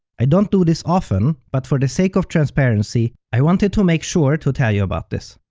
i don't do this often, but for the sake of transparency, i wanted to make sure to tell you about this.